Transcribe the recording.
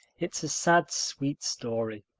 it's a sad, sweet story.